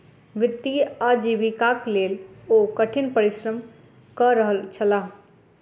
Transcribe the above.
वित्तीय आजीविकाक लेल ओ कठिन परिश्रम कय रहल छलाह